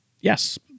yes